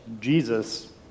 Jesus